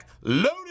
Loaded